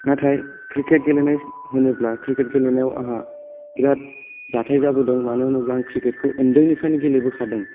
नाथाय क्रिकेट गेलेनाय होनोब्ला क्रिकेट गेलेनायाव अहा बिरात जाथाय जाबोदों मानो होनोब्ला आं क्रिकेटखौ ओन्दैनिफ्रायनो गेलेबोखादों